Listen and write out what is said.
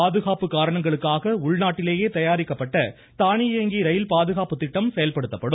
பாதுகாப்பு காரணங்களுக்காக உள்நாட்டிலேயே தயாரிக்கப்பட்ட தானியங்கி ரயில் பாதுகாப்பு திட்டம் செயல்படுத்தப்படும்